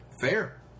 Fair